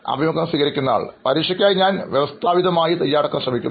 അഭിമുഖം സ്വീകരിക്കുന്നയാൾ പരീക്ഷകൾക്കായി ഞാൻ വ്യവസ്ഥാപിതമായി തയ്യാറെടുക്കാൻ ശ്രമിക്കുന്നു